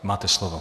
Máte slovo.